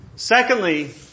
Secondly